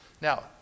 Now